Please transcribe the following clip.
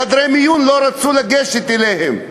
בחדרי מיון לא רצו לגשת אליהם.